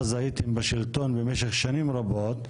אז הייתם בשלטון במשך שנים רבות,